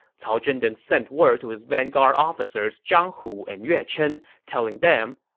cao zhen then sent word to his vanguard officers zhang hu and yue chen, telling them,